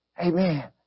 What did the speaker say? Amen